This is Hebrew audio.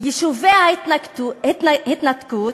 יישובי ההתנתקות